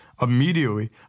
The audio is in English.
immediately